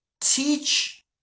teach